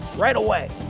right away!